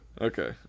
Okay